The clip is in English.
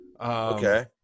Okay